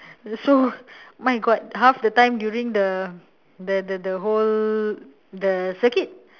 so my god half the time during the the the whole the circuit